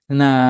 na